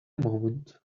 moment